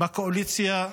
בקואליציה הזו.